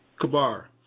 Kabar